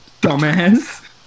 Dumbass